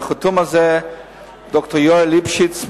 חתום על זה ד"ר יואל ליפשיץ,